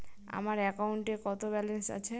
আমার অ্যাকাউন্টে কত ব্যালেন্স আছে?